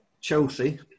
Chelsea